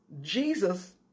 Jesus